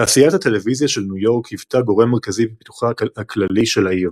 תעשיית הטלוויזיה של ניו יורק היוותה גורם מרכזי בפיתוחה הכללי של העיר.